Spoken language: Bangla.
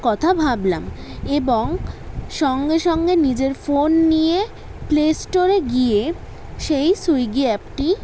কথা ভাবলাম এবং সঙ্গে সঙ্গে নিজের ফোন নিয়ে প্লে স্টোরে গিয়ে সেই স্যুইগি অ্যাপটি